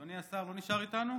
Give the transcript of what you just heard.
אדוני השר לא נשאר איתנו?